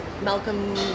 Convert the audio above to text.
Malcolm